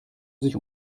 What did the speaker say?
sich